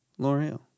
Loreal